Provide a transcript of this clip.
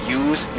use